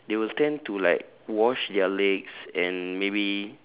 they will tend to like wash their legs and maybe